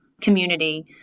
community